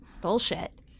Bullshit